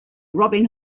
robin